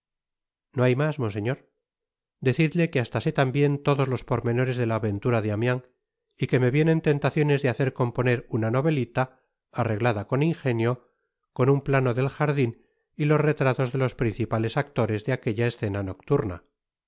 no hay mas monseñor decidle que hasta sé tambien todos los pormenores de la aventura de amiens y que me vienen tentaciones de hacer componer una novelita arreglada con ingenio con un plano de jardin y los retratos de los principales actores de aquella escena nocturna